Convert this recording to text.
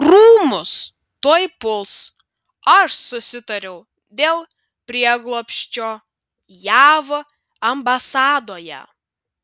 rūmus tuoj puls aš susitariau dėl prieglobsčio jav ambasadoje